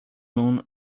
moon